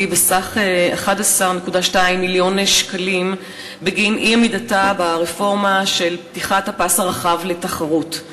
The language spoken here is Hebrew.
בסך 11.2 מיליון שקלים בגין אי-עמידתה ברפורמה של פתיחת הפס הרחב לתחרות.